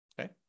Okay